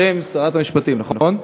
בשם שרת המשפטים, נכון?